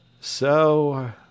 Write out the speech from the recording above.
So